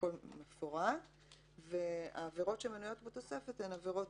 הכול מפורט והעבירות שמנויות בתוספת הן עבירות